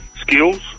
skills